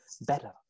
better